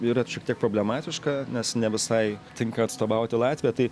yra šiek tiek problematiška nes ne visai tinka atstovauti latviją tai